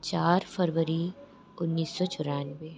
चार फरवरी उन्नीस सौ चौरानवे